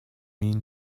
mean